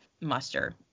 muster